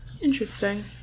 Interesting